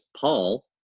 Paul